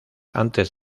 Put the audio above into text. antes